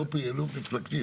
לא פעילות מפלגתית,